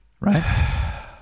right